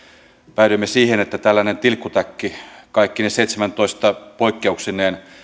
päädyimme siihen että tällainen tilkkutäkki kaikkine seitsemääntoista poikkeuksineen